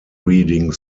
reading